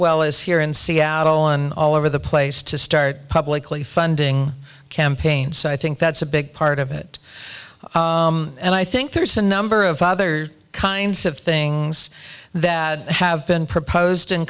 well as here in seattle and all over the place to start publicly funding campaigns so i think that's a big part of it and i think there's a number of other kinds of things that have been proposed in